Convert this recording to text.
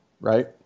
right